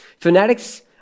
Fanatics